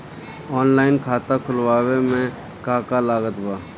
Online खाता खुलवावे मे का का लागत बा?